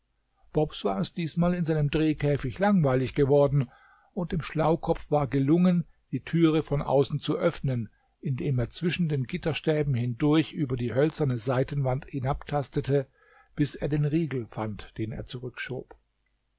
bobs war es diesmal in seinem drehkäfig langweilig geworden und dem schlaukopf war es gelungen die türe von außen zu öffnen indem er zwischen den gitterstäben hindurch über die hölzerne seitenwand hinabtastete bis er den riegel fand den er